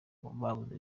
rwabuze